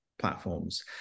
platforms